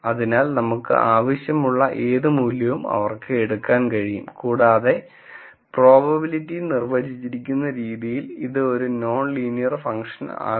അതിനാൽ നമുക്ക് ആവശ്യമുള്ള ഏത് മൂല്യവും അവർക്ക് എടുക്കാൻ കഴിയും കൂടാതെ പ്രോബബിലിറ്റി നിർവചിച്ചിരിക്കുന്ന രീതിയിൽ ഇത് ഒരു നോൺ ലീനിയർ ഫംഗ്ഷൻ ആകും